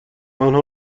آنها